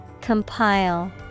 Compile